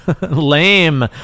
lame